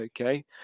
okay